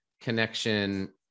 connection